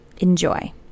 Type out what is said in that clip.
Enjoy